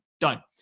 Done